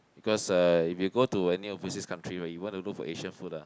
because uh if you go to any overseas country right you want to look for Asian food ah